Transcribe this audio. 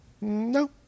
no